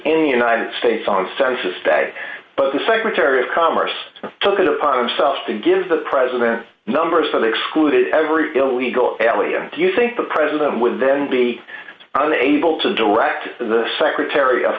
states on census data but the secretary of commerce took it upon himself to give the president numbers so they excluded every illegal alien do you think the president would then be able to direct the secretary of